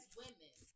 women